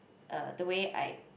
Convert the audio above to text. uh the way I